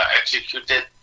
executed